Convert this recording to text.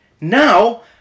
Now